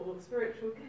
spiritual